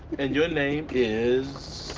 and your name is?